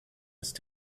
ist